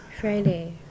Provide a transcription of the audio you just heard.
Friday